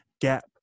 gap